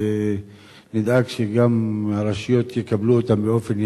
ונדאג שגם הרשויות יקבלו אותן באופן ישיר,